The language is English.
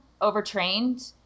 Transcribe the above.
overtrained